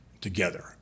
together